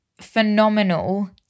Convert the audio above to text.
phenomenal